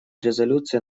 резолюции